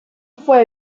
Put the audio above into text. fue